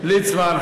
חבר הכנסת ליצמן,